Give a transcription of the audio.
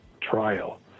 trial